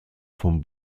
vom